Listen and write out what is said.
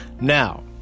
now